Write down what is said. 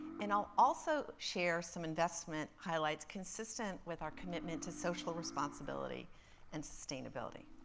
and i'll also share some investment highlights consistent with our commitment to social responsibility and sustainability.